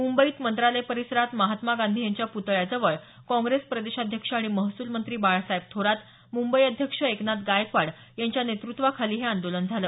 मुंबईत मंत्रालय परिसरात महात्मा गांधी यांच्या पुतळ्याजवळ काँग्रेस प्रदेशाध्यक्ष आणि महसूल मंत्री बाळासाहेब थोरात मुंबई अध्यक्ष एकनाथ गायकवाड यांच्या नेत्रत्वाखाली हे आंदोलन झालं